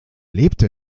lebte